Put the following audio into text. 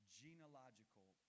genealogical